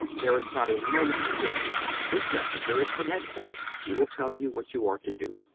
there is not a moment to lose. this messenger is from headquarters. he will tell you what you are to do.